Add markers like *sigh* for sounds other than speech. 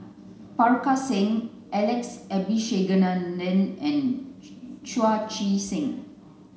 Parga Singh Alex Abisheganaden and *unintelligible* Chu Chee Seng